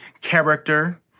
character